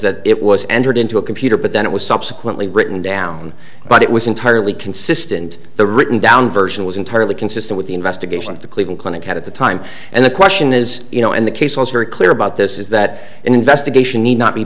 that it was entered into a computer but then it was subsequently written down but it was entirely consistent the written down version was entirely consistent with the investigation of the cleveland clinic at the time and the question is you know and the case was very clear about this is that an investigation need not be